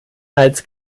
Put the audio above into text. als